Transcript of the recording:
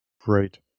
Great